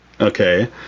okay